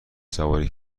سواری